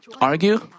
argue